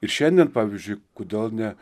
ir šiandien pavyzdžiui kodėl ne